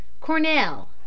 Cornell